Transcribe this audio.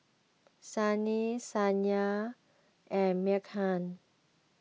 Sunil Saina and Milkha